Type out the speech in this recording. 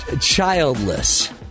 childless